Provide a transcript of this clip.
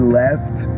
left